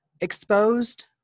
exposed